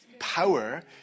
power